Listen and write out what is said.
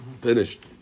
finished